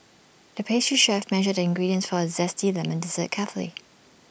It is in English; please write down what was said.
the pastry chef measured ingredients for A Zesty Lemon Dessert carefully